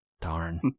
Darn